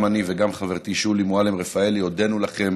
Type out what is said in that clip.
גם אני וגם חברתי שולי מועלם-רפאלי הודינו לכם